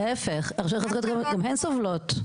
להפך, הרשויות החזקות גם הן סובלות.